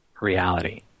reality